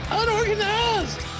unorganized